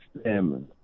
stem